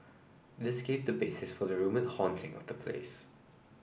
this gave the basis for the rumoured haunting of the place